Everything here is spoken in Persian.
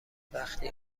وقتی